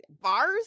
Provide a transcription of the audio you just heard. bars